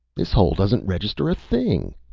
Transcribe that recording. this hole doesn't register a thing.